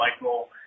Michael